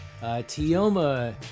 Tioma